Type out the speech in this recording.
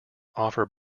offers